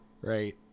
Right